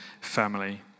family